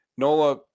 Nola